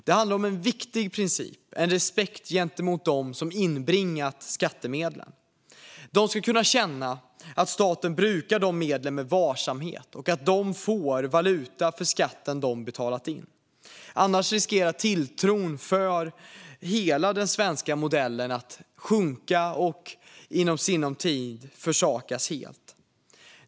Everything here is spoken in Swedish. Det handlar om en viktig princip - en respekt gentemot dem som inbringat skattemedlen. De ska kunna känna att staten brukar de medlen med varsamhet och att de får valuta för skatten de betalat in. Annars riskerar tilltron till hela den svenska modellen att sjunka och i sinom tid försvinna helt.